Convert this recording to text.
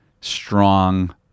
strong